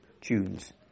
tunes